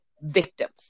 victims